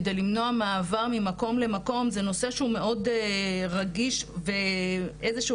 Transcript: כדי למנוע מעבר ממקום למקום זה נושא שהוא מאוד רגיש ואיזה שהוא